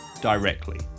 directly